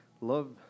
Love